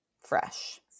Fresh